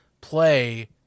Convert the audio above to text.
play